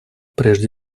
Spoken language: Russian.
прежде